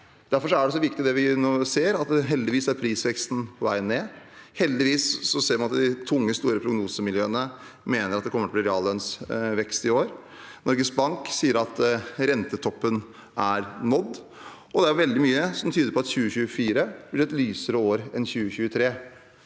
Derfor er det så viktig det vi nå ser, at prisveksten heldigvis er på vei ned. Heldigvis ser vi at de tunge, store prognosemiljøene mener at det kommer til å bli en reallønnsvekst i år. Norges Bank sier at rentetoppen er nådd, og det er veldig mye som tyder på at 2024 blir et lysere år enn 2023.